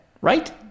right